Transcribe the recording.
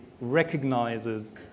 recognizes